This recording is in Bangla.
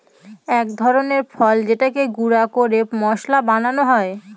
এক ধরনের ফল যেটাকে গুঁড়া করে মশলা বানানো হয়